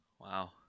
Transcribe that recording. Wow